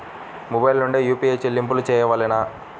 Mobile నుండే UPI చెల్లింపులు చేయవలెనా?